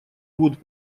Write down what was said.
будут